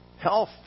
Health